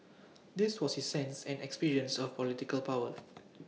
this was his sense and experience of political power